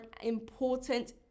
important